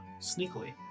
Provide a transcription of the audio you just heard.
sneakily